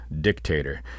dictator